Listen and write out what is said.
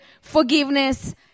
forgiveness